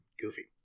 Goofy